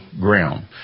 ground